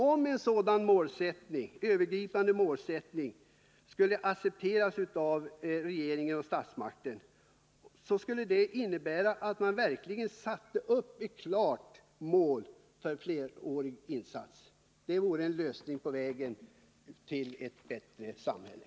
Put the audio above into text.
Om en sådan övergripande målsättning skulle accepteras av regering och statsmakter skulle det innebära att man verkligen satte upp ett klart mål för en flerårig insats. Det vore en lösning på vägen mot ett bättre samhälle.